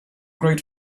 great